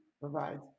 provides